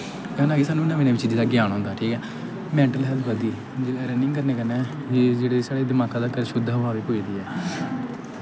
इ'यां गै सानूं नमीं नमीं चीज़ें दा ज्ञान होंदा ठीक ऐ मैंटल हैल्थ बधदी रनिंग करने कन्नै जेह्ड़े साढ़े दमाका तक शुद्ध हवा बी पुज्जदी ऐ